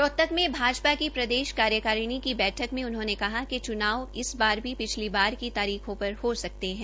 रोहतक में भाजपा की प्रदेश कार्यकारिणीकी बैठक में उन्होंनेकहा कि चुनाव इस बार भी पिछली बार की तारीखों पर हो सकते हैं